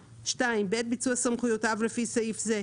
(2) בעת ביצוע סמכויותיו לפי סעיף זה,